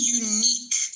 unique